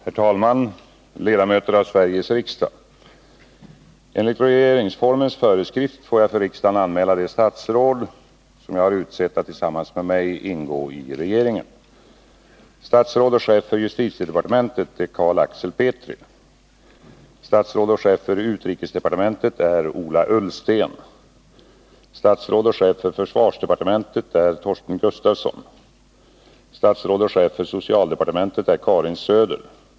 Herr talman, ledamöter av Sveriges riksdag! Enligt regeringsformens föreskrift får jag för riksdagen anmäla de statsråd som jag har utsett att tillsammans med mig ingå i regeringen. Statsråd och chef för justitiedepartementet är Carl Axel Petri. Statsråd och chef för utrikesdepartementet är Ola Ullsten. Statsråd och chef för försvarsdepartementet är Torsten Gustafsson. Statsråd och chef för socialdepartementet är Karin Söder.